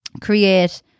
create